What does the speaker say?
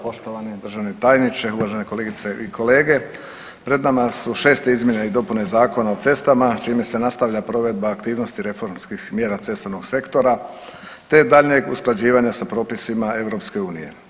Poštovani državni tajniče, uvažene kolegice i kolege pred nama su šeste izmjene i dopune Zakona o cestama čime se nastavlja provedba aktivnosti reformskih mjera cestovnog sektora te daljnje usklađivanje sa propisima EU.